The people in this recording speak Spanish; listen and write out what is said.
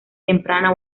temprana